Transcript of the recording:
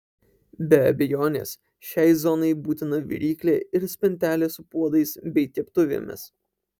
be abejonės šiai zonai būtina viryklė ir spintelė su puodais bei keptuvėmis